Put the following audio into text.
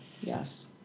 yes